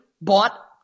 Bought